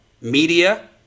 media